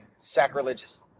sacrilegious